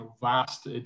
vast